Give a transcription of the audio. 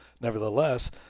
Nevertheless